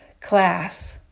class